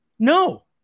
No